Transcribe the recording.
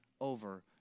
over